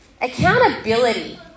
Accountability